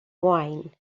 wine